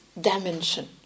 dimension